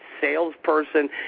salesperson